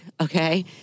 okay